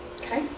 okay